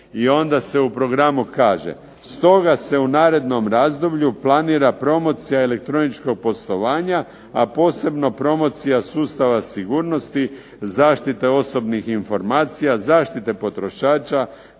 I onda se u programu kaže, stoga se u narednom razdoblju planira promocija elektroničkog poslovanja, a posebno promocija sustava sigurnosti zaštite osobnih informacija, zaštite potrošača,